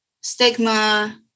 stigma